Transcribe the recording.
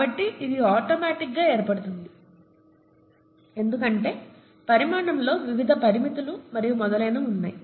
కాబట్టి ఇది ఆటోమాటిక్ గా ఏర్పడుతుంది ఎందుకంటే పరిమాణంలో వివిధ పరిమితులు మరియు మొదలైనవి ఉన్నాయి